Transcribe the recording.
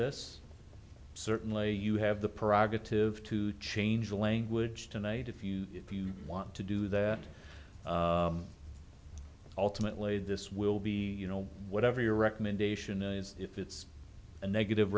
this certainly you have the prerogative to change the language tonight if you want to do that ultimately this will be you know whatever your recommendation is if it's a negative